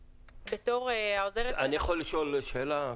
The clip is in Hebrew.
בתור העוזרת של --- אני יכול לשאול שאלה?